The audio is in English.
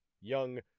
young